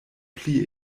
pli